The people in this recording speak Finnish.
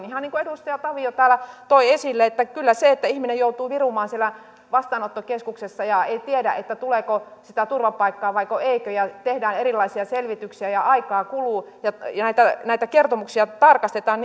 ihan niin kuin edustaja tavio täällä toi esille kyllä se että ihminen joutuu virumaan siellä vastaanottokeskuksessa eikä tiedä tuleeko sitä turvapaikkaa vaiko eikö ja tehdään erilaisia selvityksiä aikaa kuluu ja näitä näitä kertomuksia tarkastetaan